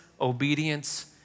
obedience